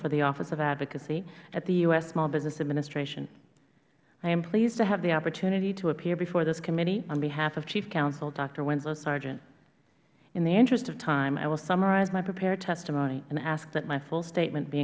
for the office of advocacy at the u s small business administration i am pleased to have the opportunity to appear before this committee on behalf of chief counsel doctor winslow sargeant in the interest of time i will summarize my prepared testimony and ask that my full statement be